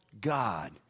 God